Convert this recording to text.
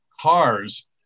cars